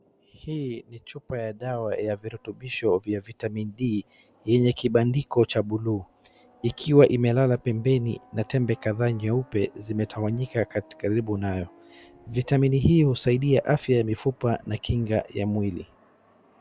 Hii ni chupa ya dawa ya virutubisho vya vitamin D yenye kibandiko cha buluu, ikiwa imelala pembeni na tembe kadhaa nyeupe zimetawanyika karibu nayo. Vitamini hii husaidia afya ya mifupa na kinga ya mwili.